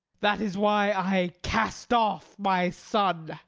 that is why i cast off my son,